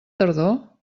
tardor